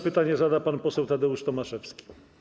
Pytanie zada pan poseł Tadeusz Tomaszewski.